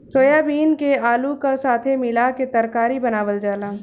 soybean के आलू का साथे मिला के तरकारी बनावल जाला